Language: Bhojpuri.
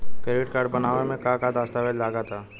क्रेडीट कार्ड बनवावे म का का दस्तावेज लगा ता?